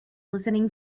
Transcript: listening